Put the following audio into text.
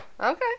okay